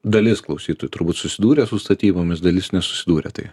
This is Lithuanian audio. dalis klausytojų turbūt susidūrė su statybomis dalis nesusidūrė tai